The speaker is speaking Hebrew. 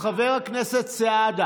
השר אוחנה, לשעבר, חבר הכנסת סעדה,